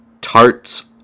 tarts